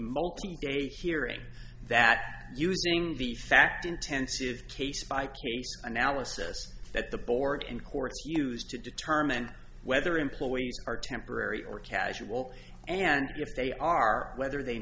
multi day hearing that using the fact intensive case by case analysis that the board and courts used to determine whether employees are temporary or casual and if they are whether they